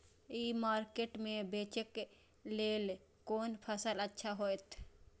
ई market में बेचेक लेल कोन फसल अच्छा होयत?